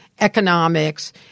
economics